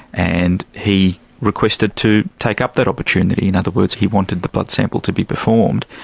and he requested to take up that opportunity. in other words, he wanted the blood sample to be performed.